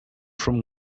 from